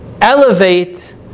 elevate